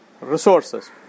resources